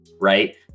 right